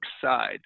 side